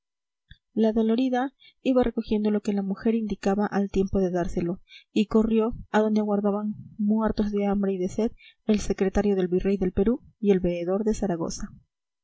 la dolorida iba recogiendo lo que la mujer indicaba al tiempo de dárselo y corrió a donde aguardaban muertos de hambre y de sed el secretario del virrey del perú y el veedor de zaragoza